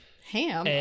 Ham